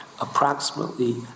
approximately